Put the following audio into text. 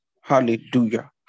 Hallelujah